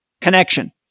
connection